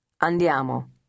Andiamo